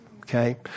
okay